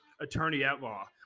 attorney-at-law